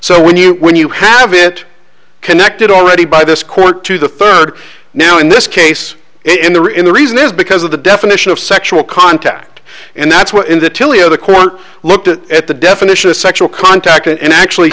so when you when you have it connected already by this court to the third now in this case it in the in the reason is because of the definition of sexual contact and that's where in the tilia the court looked at the definition of sexual contact and actually